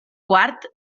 quart